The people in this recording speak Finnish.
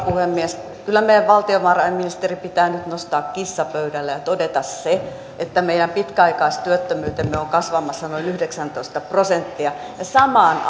puhemies kyllä meidän valtiovarainministeri pitää nyt nostaa kissa pöydälle ja todeta se että meidän pitkäaikaistyöttömyytemme on kasvamassa noin yhdeksäntoista prosenttia ja samaan